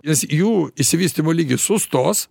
nes jų išsivystymo lygis sustos